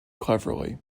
cleverly